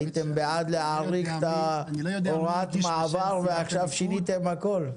הייתם בעד להאריך את הוראת המעבר ועכשיו שיניתם הכול.